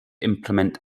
implement